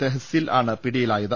തെഹ്സിൽ ആണ് പിടിയിലായത്